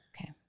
Okay